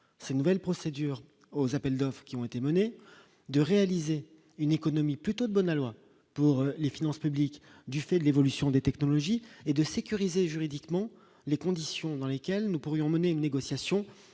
ces nouvelles procédures aux appels d'offres qui ont été menées de réaliser une économie plutôt de bon aloi pour les finances publiques du fait de l'évolution des technologies et de sécuriser juridiquement les conditions dans lesquelles nous pourrions mener une négociation